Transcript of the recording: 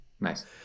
nice